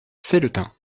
felletin